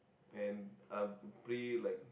and uh bring like